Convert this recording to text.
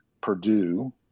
Purdue